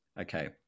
okay